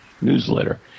newsletter